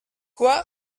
quoi